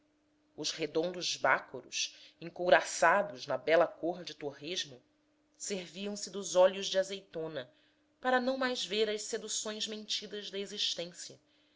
os redondos bácoros encouraçados na bela cor de torresmo serviam se dos olhos de azeitona para não mais ver as seduções mentidas da existência